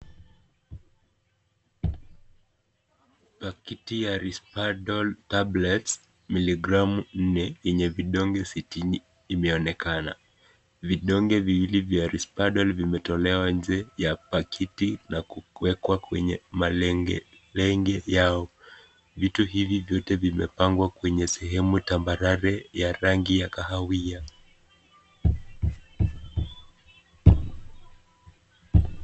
Pakiti ya rispadol tablets miligramu nne, yenye vidonge sitini imeonekana vidonge viwili vya rispadol vimetolewa nje ya pakiti na kuwekwa kwenye malengelenge yao. Vitu hivi vyote vimepangwa kwenye sehemu tamambarare ya rangi ya kahawia .